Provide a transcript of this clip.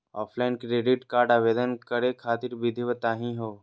Offline credit card आवेदन करे खातिर विधि बताही हो?